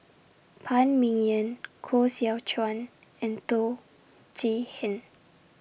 Phan Ming Yen Koh Seow Chuan and Teo Chee Hean